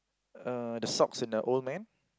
uh the socks in the old man